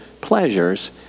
pleasures